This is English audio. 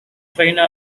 trainer